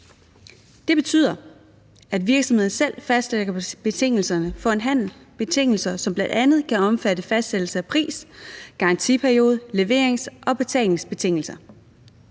det betyder, at virksomheder selv fastlægger betingelserne for en handel, betingelser, som bl.a. kan omfatte fastsættelse af pris, garantiperiode, leverings- og betalingsbetingelser.